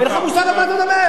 אין לך מושג על מה אתה מדבר.